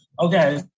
okay